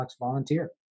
volunteer